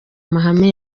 mahame